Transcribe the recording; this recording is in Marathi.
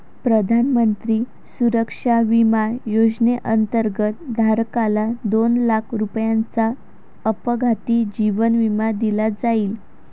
प्रधानमंत्री सुरक्षा विमा योजनेअंतर्गत, धारकाला दोन लाख रुपयांचा अपघाती जीवन विमा दिला जाईल